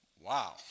Wow